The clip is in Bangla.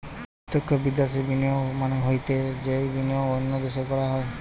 প্রত্যক্ষ বিদ্যাশি বিনিয়োগ মানে হৈছে যেই বিনিয়োগ অন্য দেশে করা হয়